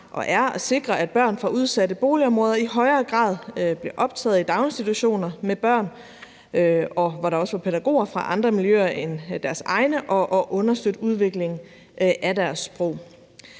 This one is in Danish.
og er at sikre, at børn fra udsatte boligområder i højere grad bliver optaget i daginstitutioner, hvor der er børn og også pædagoger fra andre miljøer end deres egne, og som understøtter udviklingen af deres sprog.